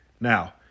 Now